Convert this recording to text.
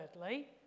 thirdly